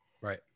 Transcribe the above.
Right